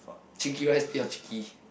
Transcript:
chicky rice 不要 chicky